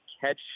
catch